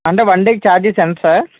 అంటే వన్ డేకి ఛార్జెస్ ఎంత సార్